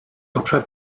obszar